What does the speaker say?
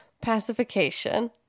pacification